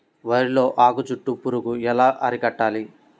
వరిలో ఆకు చుట్టూ పురుగు ఎలా అరికట్టాలి?